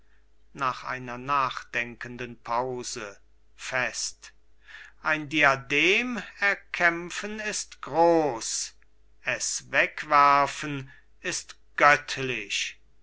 nach einer nachdenkenden pause fest ein diadem erkämpfen ist groß es wegwerfen ist göttlich